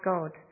God